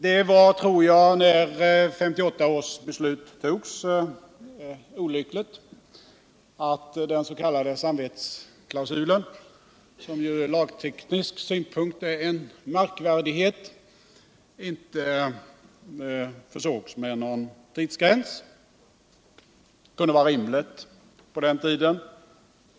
Det var, tror jag, olyckligt att den s.k. samvetsklausulen, som ju från lagteknisk synpunkt är en märkvärdighet, inte försågs med någon tidsgräns vid 1958 års beslut. Det kunde på den uden.